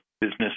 business